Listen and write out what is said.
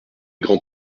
grands